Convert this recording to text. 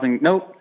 Nope